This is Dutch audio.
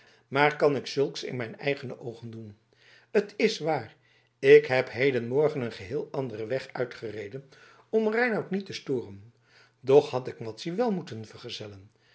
maar kan ik zulks in mijn eigene oogen doen t is waar ik ben hedenmorgen een geheel anderen weg uitgereden om reinout niet te storen doch had ik madzy wel moeten vergezellen